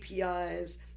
APIs